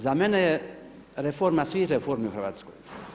Za mene je reforma svih reformi u Hrvatskoj.